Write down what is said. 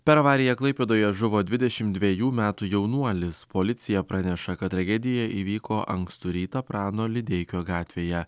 per avariją klaipėdoje žuvo dvidešimt dvejų metų jaunuolis policija praneša kad tragedija įvyko ankstų rytą prano lideikio gatvėje